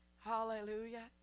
Hallelujah